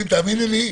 מוגבלות,